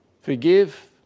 Forgive